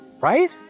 right